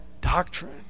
doctrine